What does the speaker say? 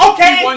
Okay